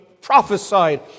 prophesied